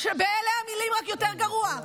באלה המילים, רק יותר גרוע.